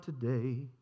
today